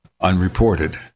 unreported